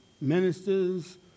ministers